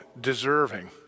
deserving